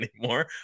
anymore